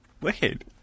Wicked